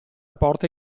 porte